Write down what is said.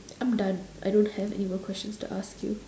I'm done I don't have any more questions to ask you